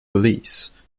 release